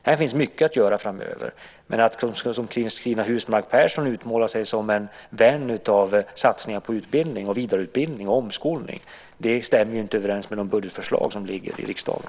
Här finns mycket att göra framöver, men att Cristina Husmark Pehrsson utmålar sig som en vän av satsningar på utbildning, vidareutbildning och omskolning stämmer inte överens med de budgetförslag som ligger i riksdagen.